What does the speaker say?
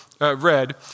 read